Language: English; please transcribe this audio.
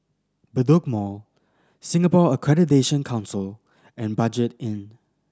Bedok Mall Singapore Accreditation Council and Budget Inn